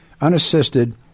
unassisted